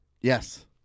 yes